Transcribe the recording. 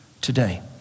today